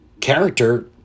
character